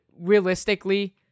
realistically